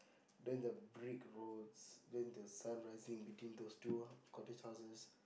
then the brick roads then the sun rising between those two cottage houses